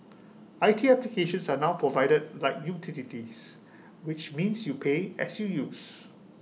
I T applications are now provided like utilities which means you pay as you use